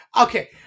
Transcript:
Okay